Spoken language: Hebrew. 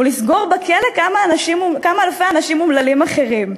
הוא לסגור בכלא כמה אלפי אנשים אומללים אחרים.